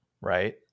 right